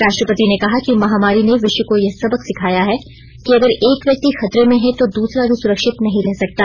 राष्ट्रपति ने कहा कि महामारी ने विश्व को यह सबक सिखाया है कि अगर एक व्यक्ति खतरे में है तो दुसरा भी सुरक्षित नहीं रह सकता